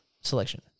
selection